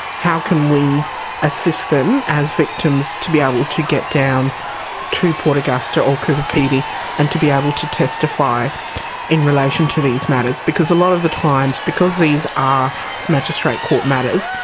how can we assist them as victims to be able to get down to port augusta or coober pedy and to be able to testify in relation to these matters, because a lot of the times because these are magistrate court matters